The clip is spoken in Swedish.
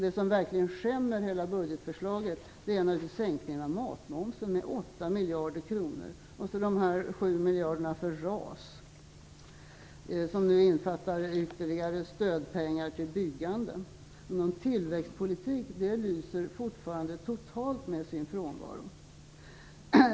Det som verkligen skämmer budgetförslaget är naturligtvis sänkningen av matmomsen med 8 miljarder kronor, och så de 7 miljarder kronorna för RAS som nu innefattar ytterligare stödpengar till byggande. Tillväxtpolitiken lyser fortfarande totalt med sin frånvaro.